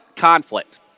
Conflict